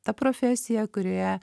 ta profesija kurioje